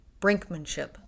brinkmanship